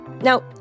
Now